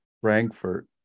Frankfurt